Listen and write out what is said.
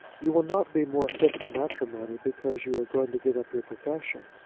you will not be more fit for matrimony because you are going to give up your profession.